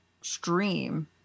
stream